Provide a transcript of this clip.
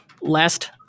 last